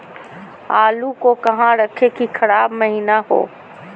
आलू को कहां रखे की खराब महिना हो?